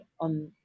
on